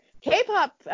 K-pop